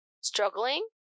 struggling